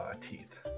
teeth